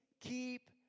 keep